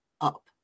up